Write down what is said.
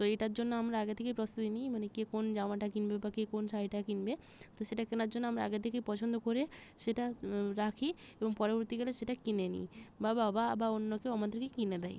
তো এইটার জন্য আমরা আগে থেকেই প্রস্তুতি নিই মানে কে কোন জামাটা কিনবে বা কে কোন শাড়িটা কিনবে তো সেটা কেনার জন্য আমারা আগে থেকেই পছন্দ করে সেটা রাখি এবং পরবর্তীকালে সেটা কিনে নিই বা বাবা বা অন্য কেউ আমাদেরকে কিনে দেয়